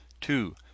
two